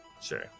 sure